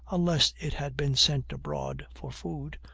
unless it had been sent abroad for food,